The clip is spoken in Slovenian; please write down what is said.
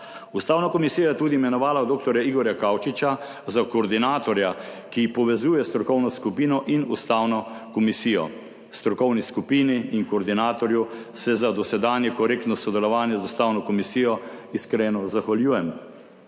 Ustavna komisija je tudi imenovala dr. Igorja Kaučiča za koordinatorja, ki povezuje strokovno skupino in Ustavno komisijo. Strokovni skupini in koordinatorju se za dosedanje korektno sodelovanje z Ustavno komisijo iskreno zahvaljujem.